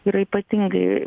yra ypatingai